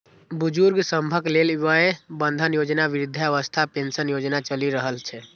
बुजुर्ग सभक लेल वय बंधन योजना, वृद्धावस्था पेंशन योजना चलि रहल छै